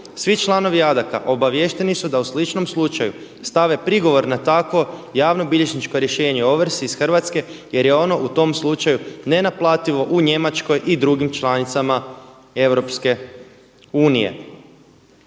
Svi članovi Adaca obaviješteni su da o sličnom slučaju stave prigovor na tako javnobilježničko rješenje o ovrsi iz Hrvatske jer je ono u tom slučaju nenaplativo u Njemačkoj i drugim članicama